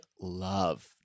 love